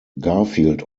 garfield